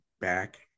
back